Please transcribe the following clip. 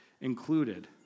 included